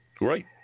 right